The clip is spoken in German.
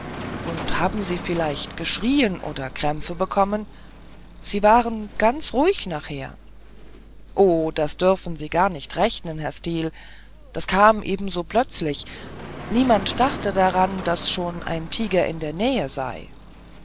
und haben sie vielleicht geschrieen oder krämpfe bekommen sie waren ganz ruhig nachher o das dürfen sie gar nicht rechnen herr steel das kam eben so plötzlich niemand dachte daran daß schon ein tiger in der nähe sei